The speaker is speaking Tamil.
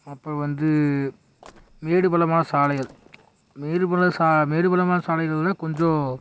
அப்புறோம் வந்து மேடு பள்ளமான சாலைகள் மேடு பள்ள சா மேடு பள்ளமான சாலைகளில் கொஞ்சம்